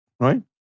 Right